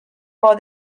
for